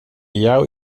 jouw